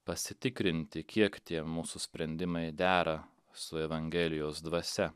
pasitikrinti kiek tie mūsų sprendimai dera su evangelijos dvasia